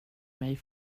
mig